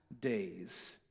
days